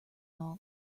all